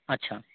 আচ্ছা